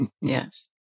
Yes